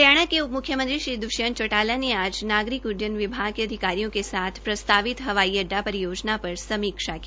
हरियाणा के उप म्र्ख्यमंत्री श्री द्वष्यंत चौटाला ने आज नागरिक उड़डयन विभाग के अधिकारियों के साथ प्रस्तावित हवाई अड्डा परियोजना पर समीक्षा की